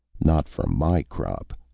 not from my crop,